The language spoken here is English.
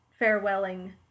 farewelling